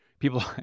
People